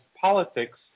politics